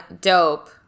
Dope